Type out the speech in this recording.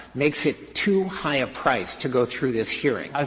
makes it too high a price to go through this hearing ah